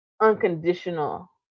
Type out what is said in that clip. unconditional